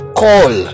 call